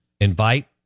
invite